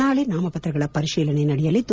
ನಾಳೆ ನಾಮಪತ್ರಗಳ ಪರಿಶೀಲನೆ ನಡೆಯಲಿದೆ